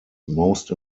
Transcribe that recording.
most